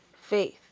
faith